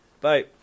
Bye